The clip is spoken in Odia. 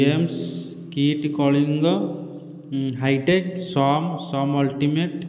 AIIMS KIIT Kalinga hi-tech some some ultimate